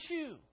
issue